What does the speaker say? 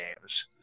games